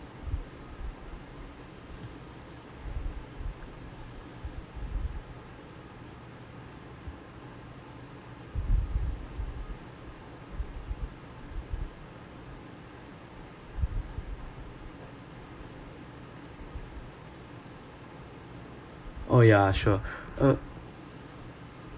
oh yeah sure uh